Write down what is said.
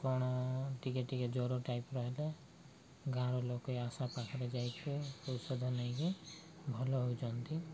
କ'ଣ ଟିକେ ଟିକେ ଜ୍ୱର ଟାଇପ୍ ହେଲେ ଗାଁର ଲୋକ ଆଶାପାଖରେ ଯାଇକି ଔଷଧ ନେଇକି ଭଲ ହଉଛନ୍ତି